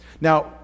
Now